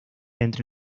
entre